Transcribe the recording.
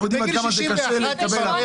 אנחנו יודעים עד כמה זה קשה להתקבל לעבודה.